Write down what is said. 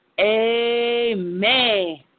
Amen